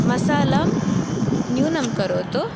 मसालं न्युनं करोतु